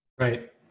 Right